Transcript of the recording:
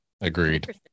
Agreed